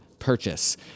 Purchase